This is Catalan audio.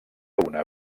una